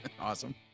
Awesome